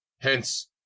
Hence